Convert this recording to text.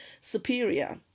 superior